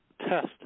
test